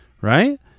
right